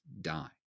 die